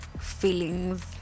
feelings